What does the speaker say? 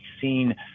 seen